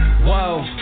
whoa